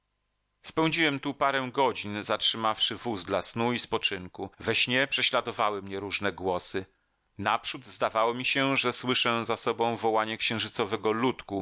spędziłem tu parę godzin zatrzymawszy wóz dla snu i spoczynku we śnie prześladowały mnie różne głosy naprzód zdawało mi się że słyszę za sobą wołanie księżycowego ludku